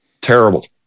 terrible